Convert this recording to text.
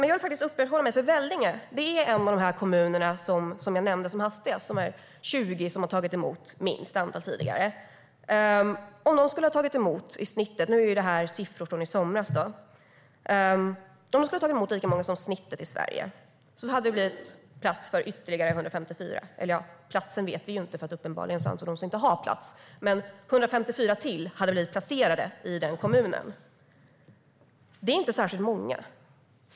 Jag vill uppehålla mig vid Vellinge, för det är en av de kommuner som jag nämnde som hastigast - de 20 som har tagit emot minst antal tidigare. Detta är siffror från i somras, men om Vellinge skulle ha tagit emot lika många som snittet i Sverige hade det blivit plats för ytterligare 154. Vi vet egentligen inte om de skulle ha fått plats eftersom Vellinge uppenbarligen inte anser sig ha plats, men 154 till skulle ha blivit placerade i kommunen. Det är inte särskilt många.